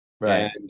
Right